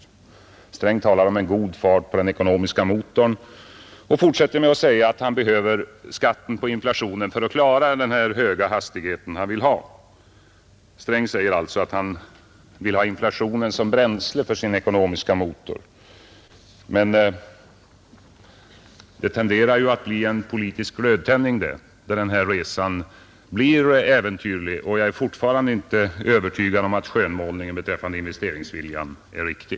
Herr Sträng talade om god fart på den ekonomiska motorn och sade att han behöver skatten på inflationen för att klara den höga hastighet han vill ha. Han vill alltså ha inflationen som bränsle för sin ekonomiska motor. Men det tenderar ju att bli politisk glödtändning. Resan blir äventyrlig, och jag är fortfarande inte övertygad om att skönmålningen beträffande investeringsviljan är riktig.